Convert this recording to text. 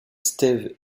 steve